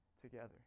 together